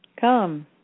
Come